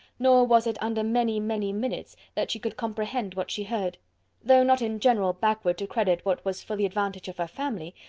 nor was it under many, many minutes that she could comprehend what she heard though not in general backward to credit what was for the advantage of her family,